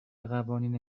قوانین